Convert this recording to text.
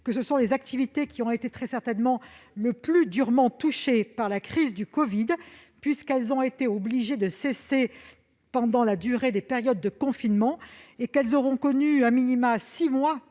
Or ces activités ont certainement été les plus durement touchées par la crise du covid, puisqu'elles ont été obligées de cesser pendant la durée des périodes de confinement et qu'elles auront connu six mois